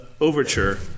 overture